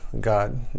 God